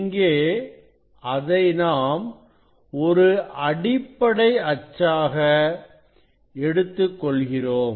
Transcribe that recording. இங்கே அதை நாம் ஒரு அடிப்படை அச்சாக எடுத்துக் கொள்கிறோம்